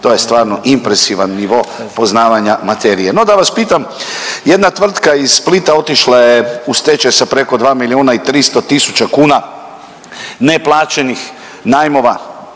To je stvarno impresivan nivo poznavanja materije. No, da vas pitam jedna tvrtka iz Splita otišla je u stečaj sa preko dva milijuna i tristo tisuća kuna neplaćenih najmova